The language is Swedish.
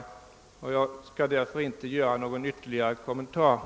Jag skall därför inte göra några ytterligare kommentarer.